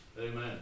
Amen